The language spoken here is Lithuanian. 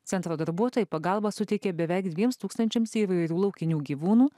centro darbuotojai pagalbą suteikė beveik dviems tūkstančiams įvairių laukinių gyvūnų